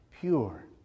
pure